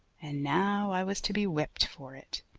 and now i was to be whipped for it.